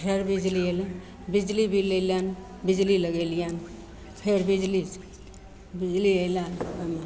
फेर बिजली अएलनि बिजली बिल अएलनि बिजली लगेलिअनि फेर बिजली बिजली अएलनि